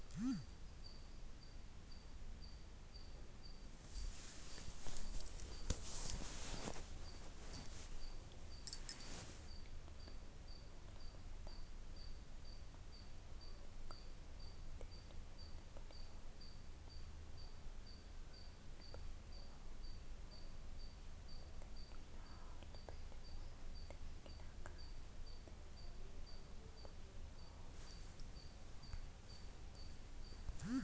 ತೆಂಗಿನ ಹಾಲು ಬೆಳೆದ ತೆಂಗಿನಕಾಯಿಯ ತಿರುಳಿನಿಂದ ಪಡೆಯೋ ಸಿಹಿಯಾದ್ ಹಾಲಿನಂಥ ದ್ರವವಾಗಯ್ತೆ